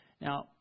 Now